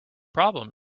problem